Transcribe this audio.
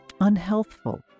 unhealthful